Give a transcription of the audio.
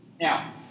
Now